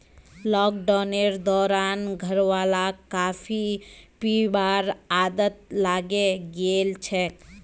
लॉकडाउनेर दौरान घरवालाक कॉफी पीबार आदत लागे गेल छेक